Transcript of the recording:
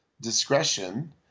discretion